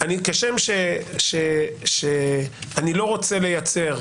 כשם שאני לא רוצה לייצר